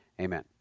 Amen